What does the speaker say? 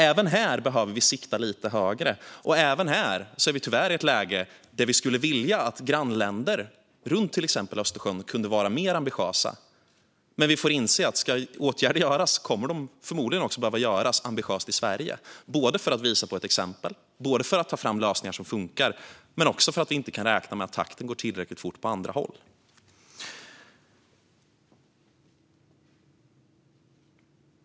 Även här behöver vi sikta lite högre, och även här är vi tyvärr i ett läge där vi skulle vilja att grannländer runt till exempel Östersjön kunde vara mer ambitiösa. Vi får dock inse att ska åtgärder göras kommer de förmodligen också att behöva göras ambitiöst i Sverige, både för att visa på ett exempel och ta fram lösningar som funkar och för att vi inte kan räkna med att det går tillräckligt fort på andra håll.